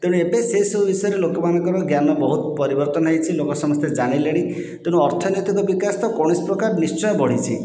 ତେଣୁ ଏବେ ସେସବୁ ବିଷୟରେ ଲୋକମାନଙ୍କର ଜ୍ଞାନ ବହୁତ ପରିବର୍ତ୍ତନ ହେଉଛି ସମସ୍ତେ ଜାଣିଲେନି ତେଣୁ ଅର୍ଥନୀତିକ ବିକାଶ ତ କୌଣସି ପ୍ରକାର ନିଶ୍ଚୟ ବଢ଼ିଛି